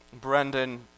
Brendan